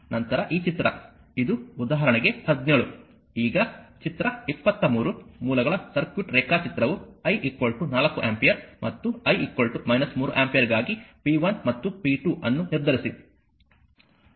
ನಂತರ ಈ ಚಿತ್ರ ಇದು ಉದಾಹರಣೆಗೆ 17 ಈಗ ಚಿತ್ರ 23 ಮೂಲಗಳ ಸರ್ಕ್ಯೂಟ್ ರೇಖಾಚಿತ್ರವು I 4 ಆಂಪಿಯರ್ ಮತ್ತು I 3 ಆಂಪಿಯರ್ ಗಾಗಿ p1 ಮತ್ತು p2 ಅನ್ನು ನಿರ್ಧರಿಸಿ